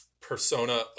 persona